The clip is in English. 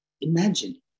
Imagine